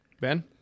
Ben